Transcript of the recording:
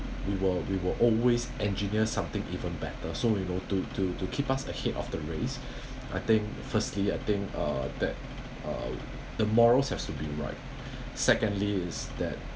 we were we were always engineer something even better so you know to to to keep us ahead of the race I think firstly I think uh that uh the morals has to be right secondly is that